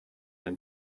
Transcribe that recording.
and